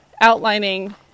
outlining